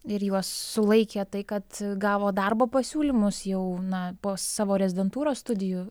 ir juos sulaikė tai kad gavo darbo pasiūlymus jau na po savo rezidentūros studijų